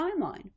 timeline